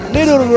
Little